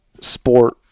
sport